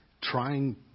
trying